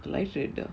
life red ah